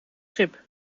schip